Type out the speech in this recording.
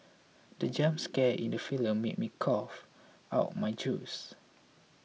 the jump scare in the film made me cough out my juice